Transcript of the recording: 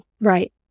Right